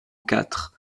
quatre